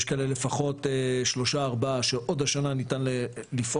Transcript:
יש כאלה לפחות שלושה, ארבעה שעוד השנה ניתן לפעול